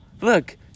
Look